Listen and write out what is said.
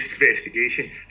investigation